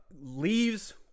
Leaves